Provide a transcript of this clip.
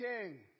king